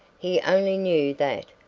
he only knew that,